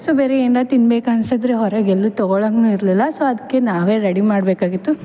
so ಬೇರೆ ಏನಾರ ತಿನ್ಬೇಕನ್ಸಿದ್ದರೆ ಹೊರಗೆ ಎಲ್ಲೂ ತಗೋಳಂಗು ಇರಲಿಲ್ಲ ಸೊ ಅದಕ್ಕೆ ನಾವೇ ರೆಡಿ ಮಾಡಬೇಕಾಗಿತ್ತು